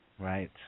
Right